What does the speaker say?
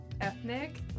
ethnic